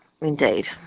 indeed